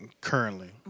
currently